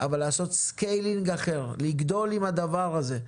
אבל לעשות סקיילינג אחר, לגדול עם הדבר הזה.